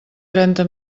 trenta